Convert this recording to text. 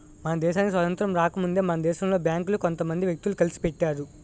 మన దేశానికి స్వాతంత్రం రాకముందే మన దేశంలో బేంకులు కొంత మంది వ్యక్తులు కలిసి పెట్టారు